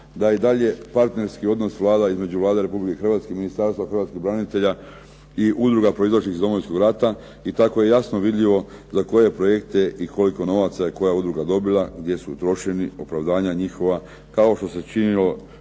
da i dalje partnerski odnos vlada između Vlade Republike Hrvatske i Ministarstva hrvatskih branitelja i udruga proizašlih iz Domovinskog rata. I tako je jasno vidljivo za koje projekte i koliko novaca je koja udruga dobila, gdje su utrošeni, opravdanja njihova kao što se činilo u